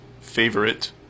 favorite